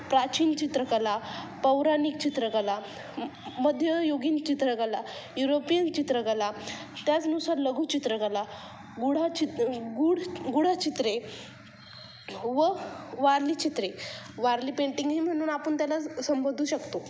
प्राचीन चित्रकला पौराणिक चित्रकला मध्ययुगीन चित्रकला युरोपियन चित्रकला त्याचनुसार लघु चित्रकला गुढाचित गुढ गुढचित्रे व वारली चित्रे वारली पेंटिंगही म्हणून आपण त्याला संबोधू शकतो